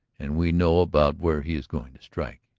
and we know about where he is going to strike.